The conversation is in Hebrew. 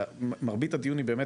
מרבית הדיון הוא באמת,